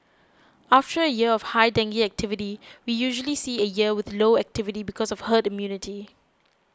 after a year with high dengue activity we usually see a year with low activity because of herd immunity